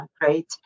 great